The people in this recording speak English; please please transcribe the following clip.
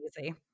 easy